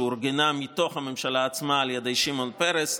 שאורגנה מתוך הממשלה עצמה על ידי שמעון פרס,